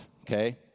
okay